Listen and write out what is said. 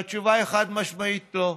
והתשובה היא חד-משמעית: לא.